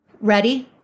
Ready